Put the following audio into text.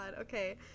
okay